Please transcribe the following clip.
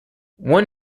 one